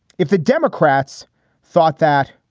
if the democrats thought that.